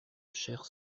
chers